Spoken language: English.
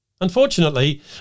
Unfortunately